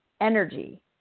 energy